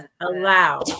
Allow